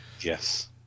yes